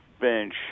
Bench